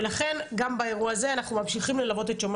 ולכן גם באירוע הזה אנחנו ממשיכים ללוות את שומר